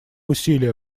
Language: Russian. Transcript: усилия